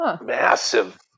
massive